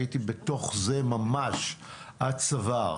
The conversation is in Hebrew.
הייתי בתוך זה ממש עד צוואר.